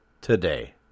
today